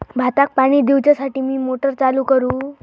भाताक पाणी दिवच्यासाठी मी मोटर चालू करू?